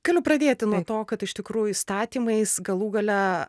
galiu pradėti nuo to kad iš tikrųjų įstatymais galų gale